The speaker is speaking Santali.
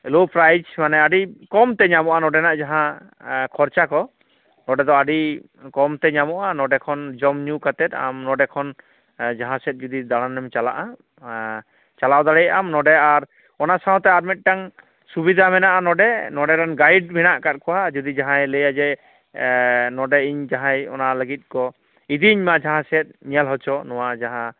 ᱞᱳ ᱯᱨᱟᱭᱤᱥ ᱢᱟᱱᱮ ᱟᱹᱰᱤ ᱠᱚᱢᱛᱮ ᱧᱟᱢᱚᱜᱼᱟ ᱱᱚᱰᱮᱱᱟᱜ ᱡᱟᱦᱟᱸ ᱠᱷᱚᱨᱪᱟ ᱠᱚ ᱱᱚᱰᱮ ᱫᱚ ᱟᱹᱰᱤ ᱠᱚᱢ ᱛᱮ ᱧᱟᱢᱚᱜᱼᱟ ᱱᱚᱰᱮ ᱠᱷᱚᱱ ᱡᱚᱢ ᱧᱩ ᱠᱟᱛᱮᱫ ᱟᱢ ᱱᱚᱰᱮ ᱠᱷᱚᱱ ᱡᱟᱦᱟᱸ ᱥᱮᱫ ᱡᱩᱫᱤ ᱫᱟᱲᱟᱱᱮᱢ ᱪᱟᱞᱟᱜᱼᱟ ᱪᱟᱞᱟᱣ ᱫᱟᱲᱮᱭᱟᱜᱼᱟᱢ ᱱᱚᱰᱮ ᱟᱨ ᱚᱱᱟ ᱥᱟᱶᱛᱮ ᱟᱨ ᱢᱤᱫᱴᱟᱝ ᱥᱩᱵᱤᱫᱟ ᱢᱮᱱᱟᱜᱼᱟ ᱱᱚᱰᱮ ᱱᱚᱰᱮ ᱨᱮᱱ ᱜᱟᱹᱭᱤᱰ ᱢᱮᱱᱟᱜ ᱟᱠᱟᱫ ᱠᱚᱣᱟ ᱡᱩᱫᱤ ᱡᱟᱦᱟᱸᱭ ᱞᱟᱹᱭᱟᱭ ᱡᱮ ᱱᱚᱰᱮ ᱤᱧ ᱡᱟᱦᱟᱸᱭ ᱚᱱᱟ ᱞᱟᱹᱜᱤᱫ ᱠᱚ ᱤᱫᱤᱧᱢᱟ ᱡᱟᱦᱟᱸ ᱥᱮᱫ ᱧᱮᱞ ᱦᱚᱪᱚ ᱱᱚᱣᱟ ᱡᱟᱦᱟᱸ